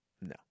No